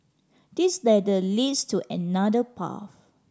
this ladder leads to another path